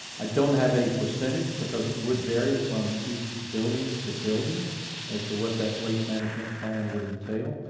i don't have a percentage, because it would vary from each building to building as to what that waste management plan would entail,